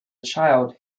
child